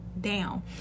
down